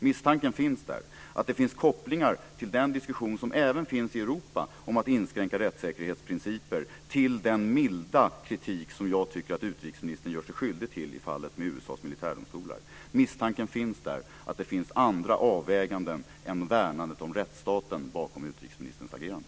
Det finns misstankar om kopplingar mellan den diskussion som även förs i Europa om att inskränka rättssäkerheten och den milda kritik som jag tycker att utrikesministern gör sig skyldig till i fallet med USA:s militärdomstolar. Misstanken finns om att det ligger andra avväganden än värnandet av rättsstaten bakom utrikesministerns agerande.